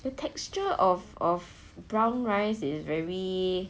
the texture of of brown rice is very